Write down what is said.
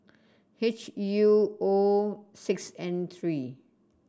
H U O six N three